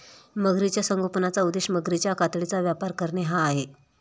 मगरीच्या संगोपनाचा उद्देश मगरीच्या कातडीचा व्यापार करणे हा आहे